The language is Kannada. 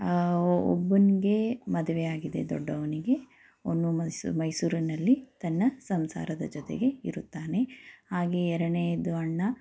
ಒಬ್ಬನಿಗೆ ಮದುವೆ ಆಗಿದೆ ದೊಡ್ಡವ್ನಿಗೆ ಅವನು ಮೈಸ್ ಮೈಸೂರಿನಲ್ಲಿ ತನ್ನ ಸಂಸಾರದ ಜೊತೆಗೆ ಇರುತ್ತಾನೆ ಹಾಗೆ ಎರಡನೇದು ಅಣ್ಣ